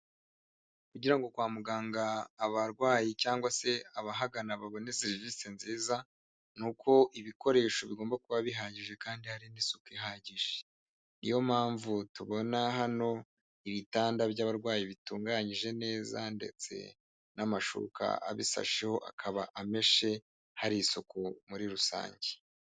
Kugira ngo kwa muganga abarwayi cyangwa se abahagana babone serivisi nziza ni uko ibikoresho bigomba kuba bihagije kandi hari n'isuku ihagije niyo mpamvu tubona hano ibitanda by'abarwayi bitunganyije neza ndetse n'amashuka abisasheho akaba ameshe hari isuku muri rusange.